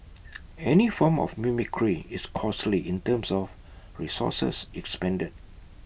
any form of mimicry is costly in terms of resources expended